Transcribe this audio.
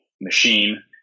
machine